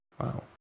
Wow